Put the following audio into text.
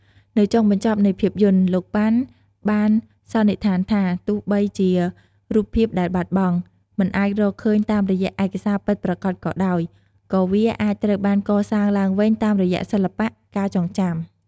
នៅចុងបញ្ចប់នៃភាពយន្ត លោក ប៉ាន់ បានសន្និដ្ឋានថា ទោះបីជា "រូបភាពដែលបាត់បង់" មិនអាចរកឃើញតាមរយៈឯកសារពិតប្រាកដក៏ដោយ ក៏វាអាចត្រូវបាន កសាងឡើងវិញតាមរយៈសិល្បៈ ការចងចាំ ។